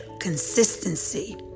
consistency